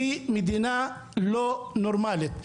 היא מדינה לא נורמלית,